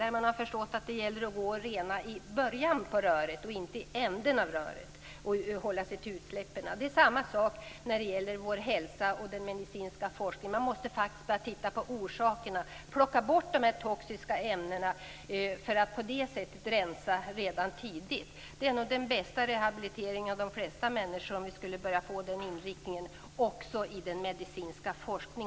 Där har man förstått att det gäller att hålla rent i början av röret, och inte i änden av röret och bara hålla sig till utsläppen. Det är samma sak när det gäller vår hälsa och den medicinska forskningen. Man måste faktiskt börja titta på orsakerna och plocka bort de toxiska ämnena för att på det sättet rensa redan tidigt. Att vi får den inriktningen också i den medicinska forskningen är nog den bästa rehabiliteringen av de flesta människorna.